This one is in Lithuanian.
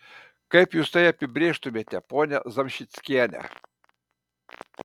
kaip jūs tai apibrėžtumėte ponia zamžickiene